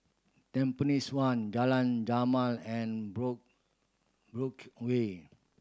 Tampines One Jalan Jamal and Brooke away